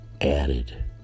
added